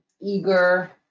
eager